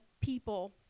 people